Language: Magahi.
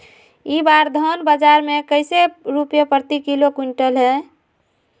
इस बार धान बाजार मे कैसे रुपए प्रति क्विंटल है?